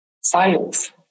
science